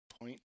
point